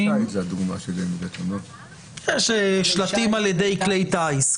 טיס זה הדוגמה שהבאתי -- יש שלטים על-ידי כלי טיס.